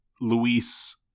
Luis